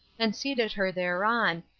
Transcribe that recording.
and seated her thereon,